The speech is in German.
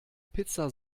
pizza